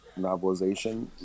novelization